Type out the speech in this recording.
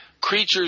Creatures